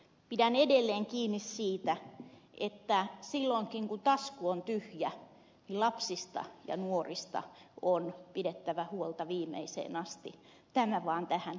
pidän edelleen kiinni siitä että silloinkin kun tasku on tyhjä lapsista ja nuorista on pidettävä huolta viimeiseen asti tämä vaan tuohon äskeiseen vastauksena